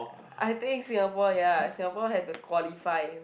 I think Singapore ya Singapore have to qualify